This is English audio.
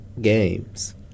games